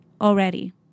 Already